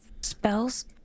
Spells